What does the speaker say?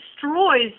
destroys